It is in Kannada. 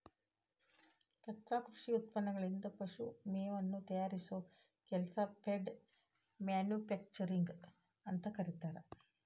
ಕಚ್ಚಾ ಕೃಷಿ ಉತ್ಪನ್ನಗಳಿಂದ ಪಶು ಮೇವನ್ನ ತಯಾರಿಸೋ ಕೆಲಸಕ್ಕ ಫೇಡ್ ಮ್ಯಾನುಫ್ಯಾಕ್ಚರಿಂಗ್ ಅಂತ ಕರೇತಾರ